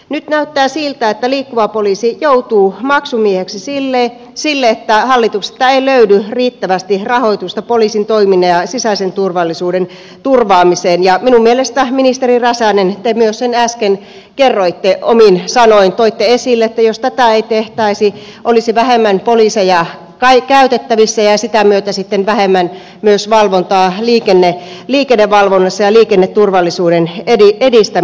nyt näyttää siltä että liikkuva poliisi joutuu maksumieheksi sille että hallituksesta ei löydy riittävästi rahoitusta poliisin toiminnan ja sisäisen turvallisuuden turvaamiseen ja minun mielestä ministeri räsänen myös te sen äsken kerroitte omin sanoin toitte esille että jos tätä ei tehtäisi olisi vähemmän poliiseja käytettävissä ja sitä myötä sitten vähemmän myös valvontaa liikennevalvonnassa ja liikenneturvallisuuden edistämisessä